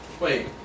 wait